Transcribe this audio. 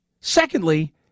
Secondly